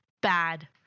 bad